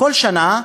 כל שנה,